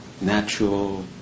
natural